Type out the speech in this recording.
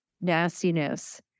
nastiness